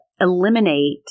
eliminate